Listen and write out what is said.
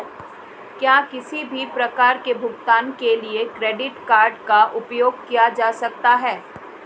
क्या किसी भी प्रकार के भुगतान के लिए क्रेडिट कार्ड का उपयोग किया जा सकता है?